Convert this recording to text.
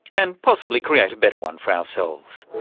and possibly create a better one for ourselves.